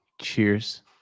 Cheers